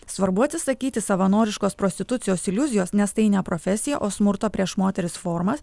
svarbu atsisakyti savanoriškos prostitucijos iliuzijos nes tai ne profesija o smurto prieš moteris formas